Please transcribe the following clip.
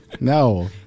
No